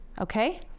okay